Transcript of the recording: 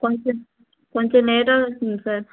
కొంచెం కొంచెం లేట్ అవుతుంది సార్